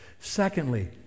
Secondly